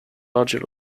larger